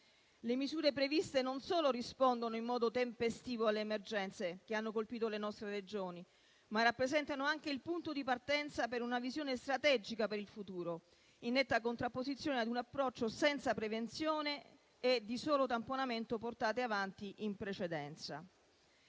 Le misure previste non solo rispondono in modo tempestivo alle emergenze che hanno colpito le nostre Regioni, ma rappresentano anche il punto di partenza per una visione strategica per il futuro, in netta contrapposizione con un approccio senza prevenzione e di solo tamponamento portato avanti in precedenza.